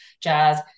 jazz